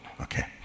Okay